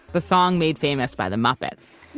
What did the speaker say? the song made famous by the muppets